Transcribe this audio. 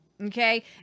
okay